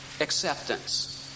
acceptance